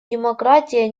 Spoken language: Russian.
демократия